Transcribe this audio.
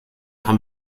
haben